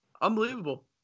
Unbelievable